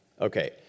Okay